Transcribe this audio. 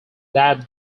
that